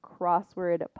crossword